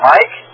Mike